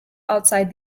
outside